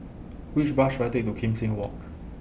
Which Bus should I Take to Kim Seng Walk